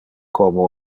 como